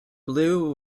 blue